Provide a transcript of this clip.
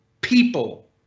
people